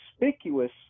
conspicuous